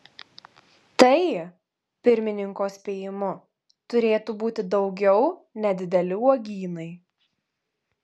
tai pirmininko spėjimu turėtų būti daugiau nedideli uogynai